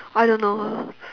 I don't know